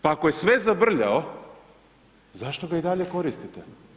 Pa ako je sve zabrljao, zašto ga i dalje koristite.